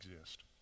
exist